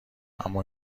اما